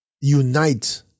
unite